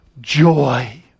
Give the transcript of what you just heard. joy